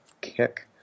kick